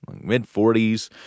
mid-40s